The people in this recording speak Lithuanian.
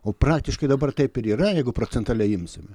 o praktiškai dabar taip ir yra jeigu procentaliai imsime